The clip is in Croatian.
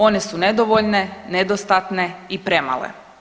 One su nedovoljne, nedostatne i premale.